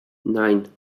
nine